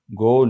go